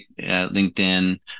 LinkedIn